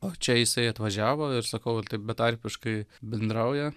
o čia jisai atvažiavo ir sakau taip betarpiškai bendrauja